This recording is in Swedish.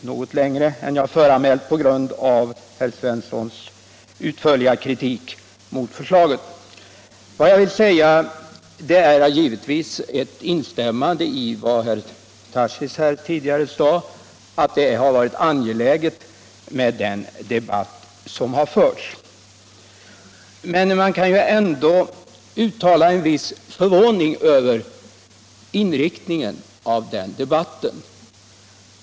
Herr talman! Jag skall enbart uppehålla mig vid de tryckfrihetsrättsliga frågorna men tvingas kanske tala litet längre än vad jag föranmält på grund av herr Svenssons i Malmö utförliga kritik av förslaget. Jag vill givetvis instämma i herr Tarschys uttalande att den förda debatten har varit angelägen, men man kan ändå vara något förvånad över debattens inriktning.